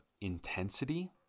intensity